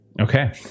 Okay